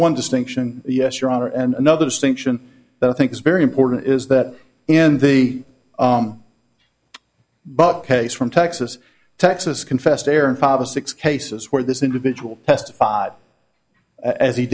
one distinction yes your honor and another distinction that i think is very important is that in the bud case from texas texas confessed error in five or six cases where this individual testified as he